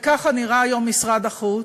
וככה נראה היום משרד החוץ.